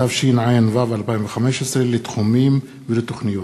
התשע"ו 2015, לתחום ולתוכניות.